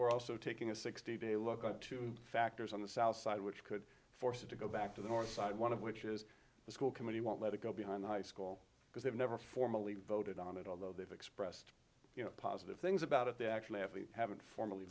we're also taking a sixty day look at two factors on the south side which could force it to go back to the north side one of which is the school committee won't let it go behind the high school because they've never formally voted on it although they've expressed you know positive things about it they actually have haven't form